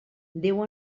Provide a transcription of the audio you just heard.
déu